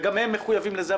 וגם הם מחויבים לזה.